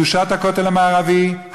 קדושת הכותל המערבי,